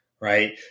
right